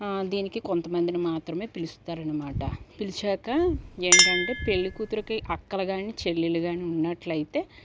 దీనికి కొంతమందిని మాత్రమే పిలుస్తారనమాట పిలిచాక ఏంటంటే పెళ్లికూతురుకి అక్కలు కానీ చెల్లెలు కానీ ఉన్నట్లయితే